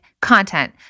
content